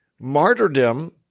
martyrdom